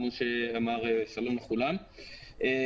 כמו שאמר אוריאל,